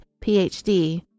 PhD